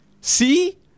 See